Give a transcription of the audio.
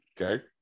Okay